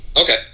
Okay